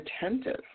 attentive